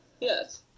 Yes